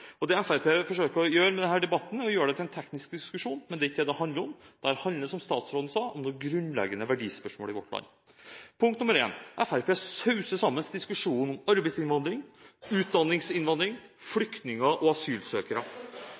benyttes her. Fremskrittspartiet forsøker å gjøre denne debatten til en teknisk diskusjon, men det er ikke det den handler om. Det handler – som statsråden sa – om noen grunnleggende verdispørsmål i vårt land. Fremskrittspartiet sauser sammen diskusjonene om arbeidsinnvandring, utdanningsinnvandring, flyktninger og asylsøkere.